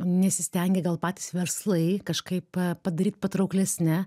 nesistengia gal patys verslai kažkaip padaryt patrauklesne